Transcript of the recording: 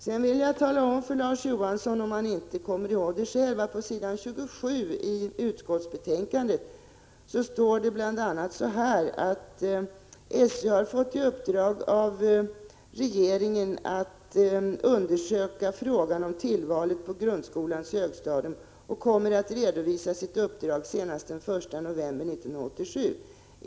Sedan vill jag tala om för Larz Johansson, om han inte kommer ihåg det, att det på s. 27 i utskottsbetänkandet står bl.a. följande: ”SÖ har fått i uppdrag av regeringen att undersöka frågan om tillvalet på grundskolans högstadium och kommer att redovisa sitt uppdrag senast den 1 november 1987.